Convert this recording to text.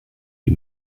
die